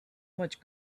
much